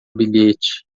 bilhete